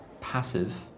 passive